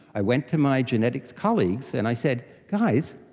i went to my genetics colleagues and i said, guys,